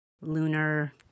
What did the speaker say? lunar